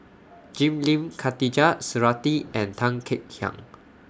Jim Lim Khatijah Surattee and Tan Kek Hiang